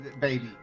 baby